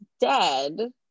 dead